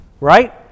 right